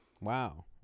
wow